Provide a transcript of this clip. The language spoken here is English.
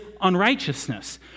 unrighteousness